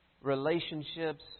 relationships